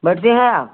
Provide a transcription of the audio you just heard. बैठती हैं आप